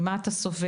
ממה הוא סובל,